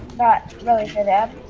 not really for them.